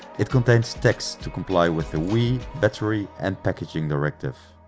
it contains texts to comply with the weee, battery and packaging directive,